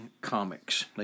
Comics